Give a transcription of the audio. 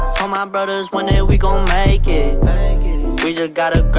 um um brothers one day we gon make it we just gotta